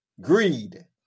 greed